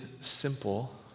simple